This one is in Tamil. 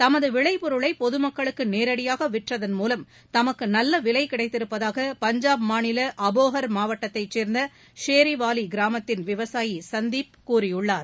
தமது விளைபொருளை பொதுமக்களுக்கு நேரடியாக விற்றதன் மூவம் தமக்கு நல்ல விளை கிடைத்திருப்பதாக பஞ்சாப் மாநில அபோகா் மாவட்டத்தைச் சேர்ந்த ஷெரிவாவா கிராமத்தின் விவசாயி சந்தீப் கூறியுள்ளார்